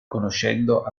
conoscendo